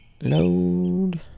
load